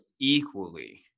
equally